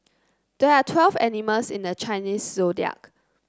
there are twelve animals in the Chinese Zodiac